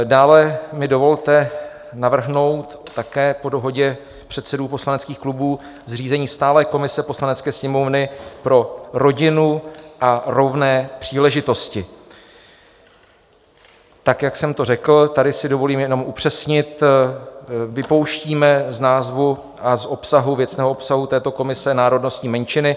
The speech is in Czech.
Dále mi dovolte navrhnout také po dohodě předsedů poslaneckých klubů zřízení stálé komise Poslanecké sněmovny pro rodinu a rovné příležitosti, tak, jak jsem to řekl tady si dovolím jenom upřesnit, vypouštíme z názvu a z obsahu, věcného obsahu této komise národnostní menšiny.